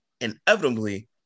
inevitably